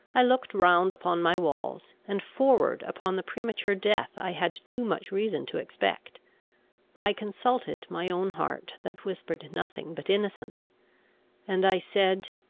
i looked round upon my walls, and forward upon the premature death i had too much reason to expect i consulted my own heart, that whispered nothing but innocence and i said,